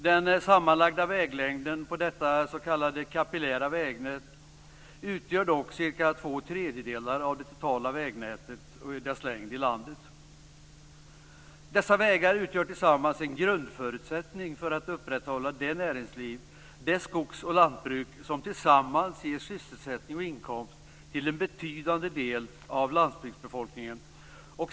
Den sammanlagda väglängden på detta s.k. kapillära vägnät utgör dock cirka två tredjedelar av det totala vägnätets längd i landet. Dessa vägar utgör tillsammans en grundförutsättning för att upprätthålla det näringsliv, det skogs och lantbruk som tillsammans ger sysselsättning och inkomst till en betydande del av landsbygdsbefolkningen.